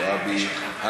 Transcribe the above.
זועבי.